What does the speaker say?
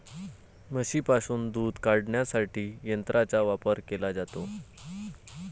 म्हशींपासून दूध काढण्यासाठी यंत्रांचा वापर केला जातो